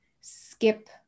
skip